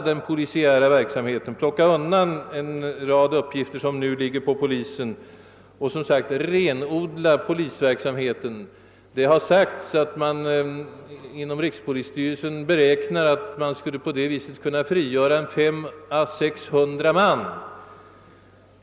En rad ytterligare uppgifter som nu åvilar polisen skulle nog kunna läggas på andra organ. Det har sagts att rikspolisstyrelsen beräknar att 500—600 man skulle kunna frigöras på detta sätt.